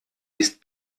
ist